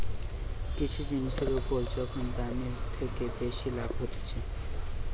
কিছু জিনিসের উপর যখন দামের থেকে বেশি লাভ হতিছে